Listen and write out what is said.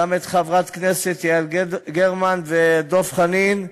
גם את חברי הכנסת יעל גרמן ודב חנין,